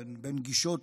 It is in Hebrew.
בין גישות